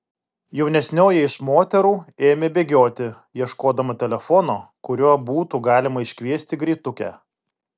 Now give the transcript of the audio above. jaunesnioji iš moterų ėmė bėgioti ieškodama telefono kuriuo būtų galima iškviesti greitukę